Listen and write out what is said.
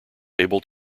able